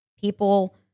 People